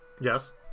Yes